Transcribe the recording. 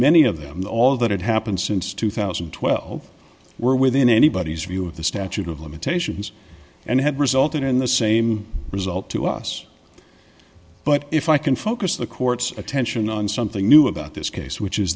many of them that all that had happened since two thousand and twelve were within anybody's view of the statute of limitations and had resulted in the same result to us but if i can focus the court's attention on something new about this case which is